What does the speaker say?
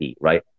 right